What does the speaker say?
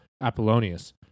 Apollonius